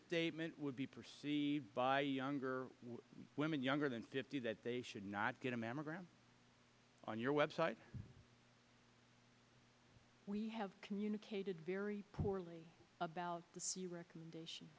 statement would be perceived by unger women younger than fifty that they should not get a mammogram on your web site we have communicated very poorly about the c recommendation